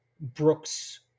Brooks